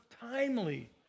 timely